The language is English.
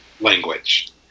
language